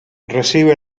recibe